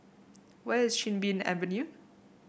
where is Chin Bee Avenue